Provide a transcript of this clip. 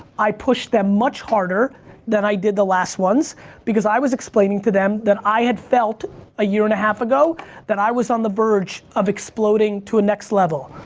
i pushed them much harder than i did the last ones because i was explaining to them that i had felt a year and a half ago that i was on the verge of exploding to a next level.